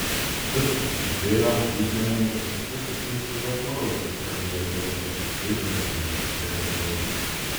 kas susitupėjo biznio ėmėsi kas aplink save atmarozkus pradėjo telkti ir verslininkus reketuoti